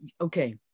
okay